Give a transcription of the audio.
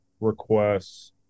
requests